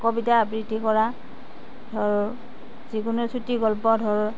কবিতা আবৃত্তি কৰা ধৰ যিকোনো চুটি গল্প ধৰ